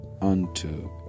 unto